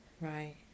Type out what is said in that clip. Right